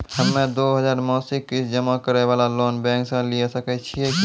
हम्मय दो हजार मासिक किस्त जमा करे वाला लोन बैंक से लिये सकय छियै की?